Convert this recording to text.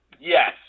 Yes